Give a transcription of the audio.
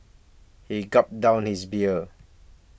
he gulped down his beer